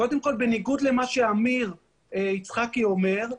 קודם כל בניגוד למה שעמיר יצחקי אומר,